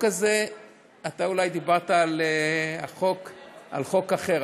אתה אולי דיברת על חוק אחר.